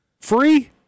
Free